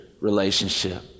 relationship